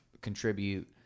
contribute